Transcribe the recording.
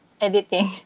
editing